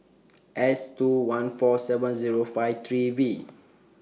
S two one four seven Zero five three V